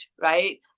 right